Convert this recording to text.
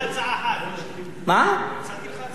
אה, אני מקבל את ההצעה הזאת.